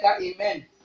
Amen